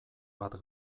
bat